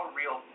real